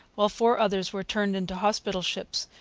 while four others were turned into hospital ships,